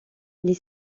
les